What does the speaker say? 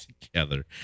together